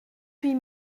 huit